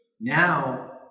Now